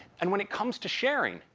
and when it comes to sharing,